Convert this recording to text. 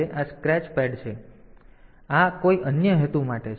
તેથી આ કોઈ અન્ય હેતુ માટે છે